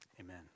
amen